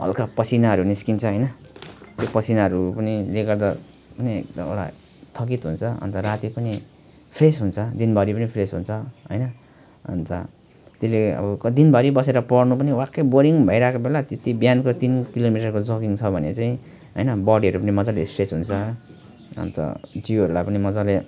हल्का पसिनाहरू निस्कन्छ होइन त्यो पसिनाहरू पनि ले गर्दा पनि तपाईँलाई थकित हुन्छ अन्त राति पनि फ्रेस हुन्छ दिनभरि पनि फ्रेस हुन्छ होइन अन्त त्यसले अब कति दिनभरि बसेर पढ्नु पनि वाक्कै बोरिङ भइरहेको बेला त्यति बिहानको तिन किलोमिटरको जगिङ छ भने चाहिँ होइन बोडीहरू पनि मजाले स्ट्रेच हुन्छ अन्त जिउहरूलाई पनि मजाले